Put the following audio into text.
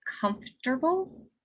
Comfortable